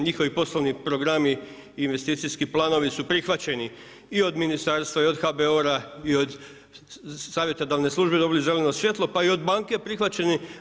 Njihovi poslovni programi i investicijski planovi su prihvaćeni i od ministarstva, i od HBOR-a, i od savjetodavne službe, dobili zeleno svjetlo, pa i od banke prihvaćeni.